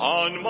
on